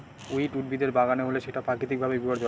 weed উদ্ভিদের বাগানে হলে সেটা প্রাকৃতিক ভাবে বিপর্যয়